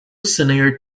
senior